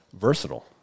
Versatile